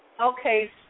Okay